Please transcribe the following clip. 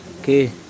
Okay